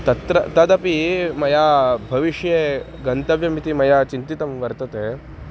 तत्र तदपि मया भविष्ये गन्तव्यमिति मया चिन्तितं वर्तते